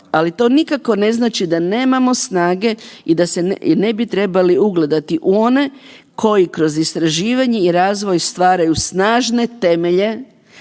ali to nikako ne znači da nemamo snage i da se, i ne bi trebali ugledati u one koji kroz istraživanje i razvoj stvaraju snažne temelje